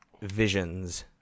visions